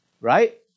right